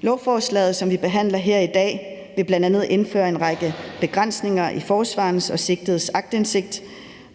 Lovforslaget, som vi behandler her i dag, vil bl.a. indføre en række begrænsninger i forsvarernes og de sigtedes aktindsigt,